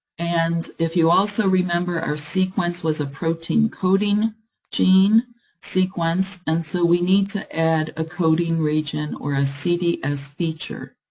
and if you also remember, our sequence was a protein coding gene sequence, and so we need to add a coding region, or a cds feature.